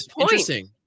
Interesting